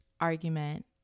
argument